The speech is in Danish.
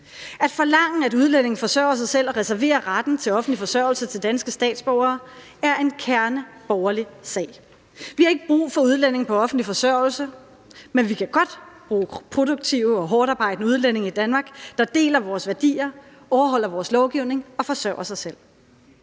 At forlange, at udlændinge forsørger sig selv og reserverer retten til offentlig forsørgelse til danske statsborgere, er en kerneborgerlig sag. Vi har ikke brug for udlændinge på offentlig forsørgelse, men vi kan godt bruge produktive og hårdtarbejdende udlændinge i Danmark, der deler vores værdier, overholder vores lovgivning og forsørger sig selv.